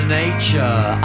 nature